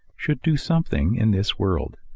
should do something in this world.